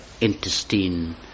intestine